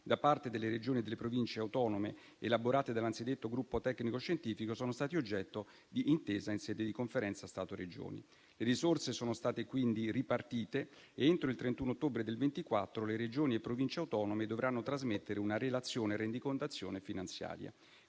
da parte delle Regioni e delle Province autonome, elaborate dall'anzidetto gruppo tecnico-scientifico, sono stati oggetto di intesa in sede di Conferenza Stato-Regioni. Le risorse sono state quindi ripartite ed entro il 31 ottobre del 2024 le Regioni e Province autonome dovranno trasmettere una relazione e rendicontazione finanziaria.